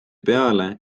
peale